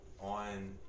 on